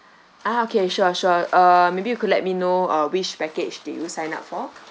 ah okay sure sure uh maybe you could let me know uh which package did you sign up for